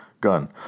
gun